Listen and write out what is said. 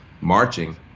marching